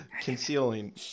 concealing